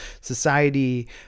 society